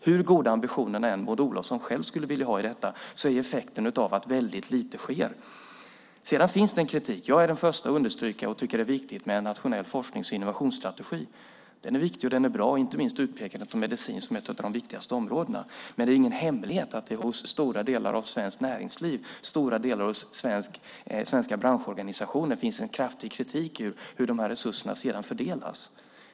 Hur goda ambitioner Maud Olofsson än själv skulle vilja ha i detta är effekten att väldigt lite sker. Jag är den första att understryka och tycka att det är viktigt med en nationell forsknings och innovationsstrategi. Den är viktig och bra, och inte minst utpekar den medicin som ett av de viktigaste områdena, men det är ingen hemlighet att det hos stora delar av det svenska näringslivet, stora delar av de svenska branschorganisationerna finns en kraftig kritik mot hur de här resurserna sedan fördelas.